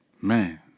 Man